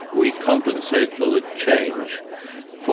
we compensate for the change for